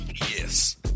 yes